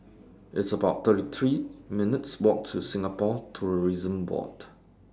It's about thirty three minutes' Walks to Singapore Tourism Board